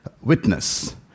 witness